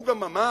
הוא גם אמר,